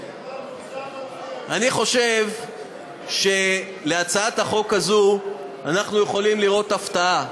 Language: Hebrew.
אני חושב שבהצעת החוק הזו אנחנו יכולים לראות הפתעה.